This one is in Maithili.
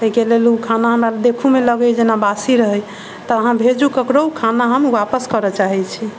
ताहि के लेल ओ खाना हमरा देखऽ मे लगैया जेना बासी रहै तऽ अहाँ भेजू केकरो खाना हम वापस करऽ चाहै छी